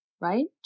right